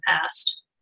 past